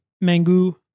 mango